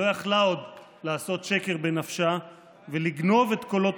שלא יכלה עוד לעשות שקר בנפשה ולגנוב את קולות